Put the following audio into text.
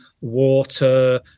water